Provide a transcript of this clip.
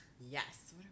Yes